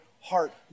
heart